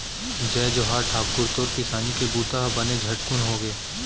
जय जोहार ठाकुर, तोर किसानी के बूता बने झटकुन होगे?